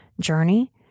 journey